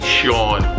Sean